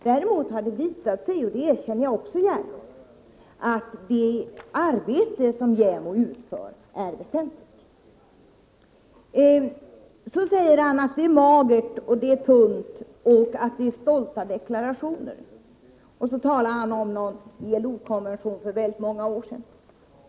Däremot har det visat sig — det erkänner jag också gärna — att JämO:s arbete är viktigt. Elver Jonsson talade också om att det är magert och tunt och att det är stolta deklarationer. Vidare talade han om någon ILO konvention för många år sedan.